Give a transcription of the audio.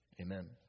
Amen